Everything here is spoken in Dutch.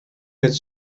met